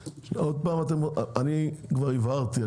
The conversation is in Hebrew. אני כבר הבהרתי.